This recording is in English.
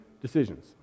decisions